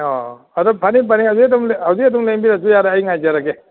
ꯑꯣ ꯑꯗꯨ ꯐꯅꯤ ꯐꯅꯤ ꯍꯧꯖꯤꯛ ꯑꯗꯨꯝ ꯂꯦꯡꯕꯤꯔꯁꯨ ꯌꯥꯔꯦ ꯑꯩ ꯉꯥꯏꯖꯔꯒꯦ